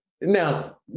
Now